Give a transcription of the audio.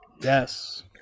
Yes